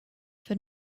for